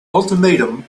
ultimatum